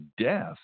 death